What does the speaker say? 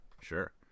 Sure